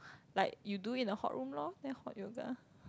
like you do in a hot room loh then hot yoga